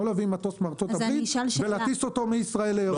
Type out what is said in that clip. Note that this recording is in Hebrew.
לא להביא מטוס מארצות הברית ולהטיס אותו מישראל לאירופה.